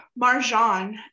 marjan